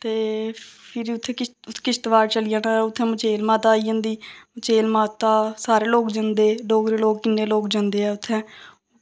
ते फिर उत्थें किश्तवाड़ चली जाना उत्थें मचेल माता आई जंदी मचेल माता सारे लोग जंदे डोगरे लोग किन्ने लोग जंदे ऐ उत्थें